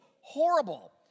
horrible